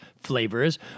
flavors